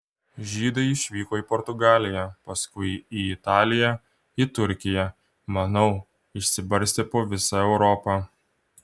žydai išvyko į portugaliją paskui į italiją į turkiją manau išsibarstė po visą europą